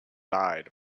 died